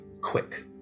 quick